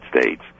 States